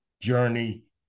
journey